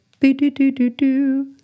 do-do-do-do-do